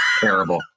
terrible